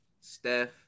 Steph